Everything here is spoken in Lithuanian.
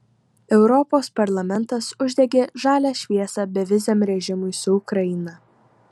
europos parlamentas uždegė žalią šviesą beviziam režimui su ukraina